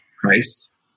price